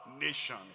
nation